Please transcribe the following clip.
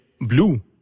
blue